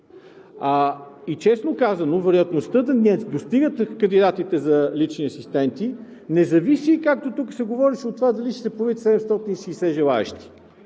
Честно казано, вероятността да не достигат кандидатите за лични асистенти не зависи, както тук се говореше, от това дали ще се появят 760 желаещи,